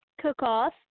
cook-off